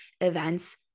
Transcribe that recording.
events